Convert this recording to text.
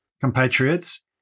compatriots